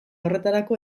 horretarako